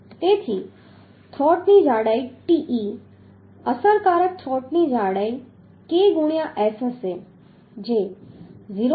તેથી થ્રોટ ની જાડાઈ te અસરકારક થ્રોટની જાડાઈ K ગુણ્યા S હશે જે 0